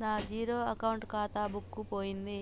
నా zero account ఖాతా book పోయింది